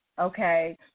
okay